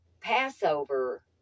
Passover